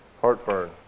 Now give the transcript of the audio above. heartburn